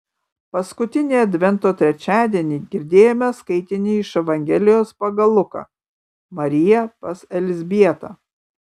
paskutinį advento trečiadienį girdėjome skaitinį iš evangelijos pagal luką marija pas elzbietą